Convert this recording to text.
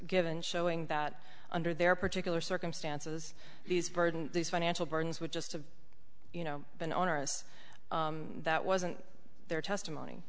given showing that under their particular circumstances these burden these financial burdens would just have you know been onerous that wasn't their testimony